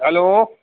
hello